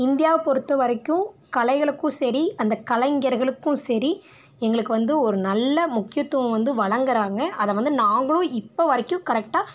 இந்தியாவை பொறுத்த வரைக்கும் கலைகளுக்கும் சரி அந்த கலைஞர்களுக்கும் சரி எங்களுக்கு வந்து ஒரு நல்ல முக்கியத்துவம் வந்து வழங்கறாங்க அதை வந்து நாங்களும் இப்போ வரைக்கும் கரெக்டாக